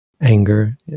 anger